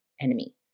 enemy